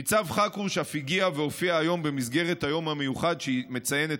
ניצב חכרוש אף הגיע והופיע היום במסגרת היום המיוחד שמציינת